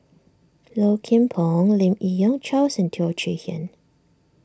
Low Kim Pong Lim Yi Yong Charles and Teo Chee Hean